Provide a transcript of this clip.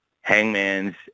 Hangman's